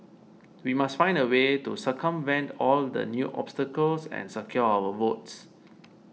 we must find a way to circumvent all the new obstacles and secure our votes